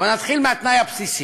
אבל נתחיל מהתנאי הבסיסי: